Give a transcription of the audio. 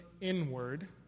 inward